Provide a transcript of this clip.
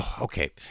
okay